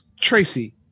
Tracy